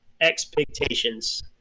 expectations